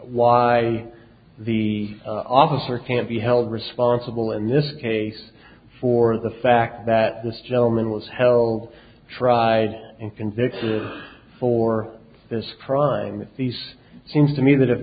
why the officer can't be held responsible in this case for the fact that this gentleman was harold tried and convicted for this crime these seems to me that if